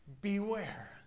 beware